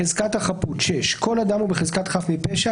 6.חזקת החפות כל אדם הוא בחזקת חף מפשע